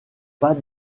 pas